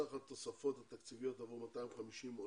סך התוספות התקציביות עבור 250 עולים,